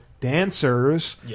dancers